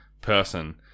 person